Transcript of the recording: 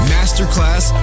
Masterclass